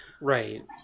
Right